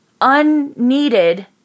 unneeded